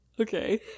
Okay